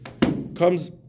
comes